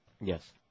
Yes